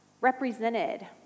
represented